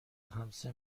خمسه